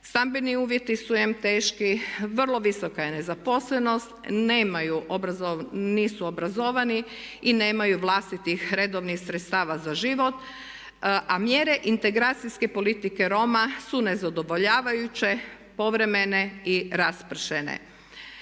Stambeni uvjeti su em teški, vrlo visoka je nezaposlenost, nemaju, nisu obrazovani i nemaju vlastitih redovnih sredstava za život, a mjere integracijske politike Roma su nezadovoljavajuće, povremene i raspršene.